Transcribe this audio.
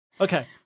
okay